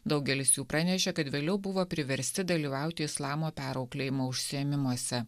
daugelis jų pranešė kad vėliau buvo priversti dalyvauti islamo perauklėjimo užsiėmimuose